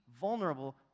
vulnerable